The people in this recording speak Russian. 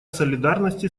солидарности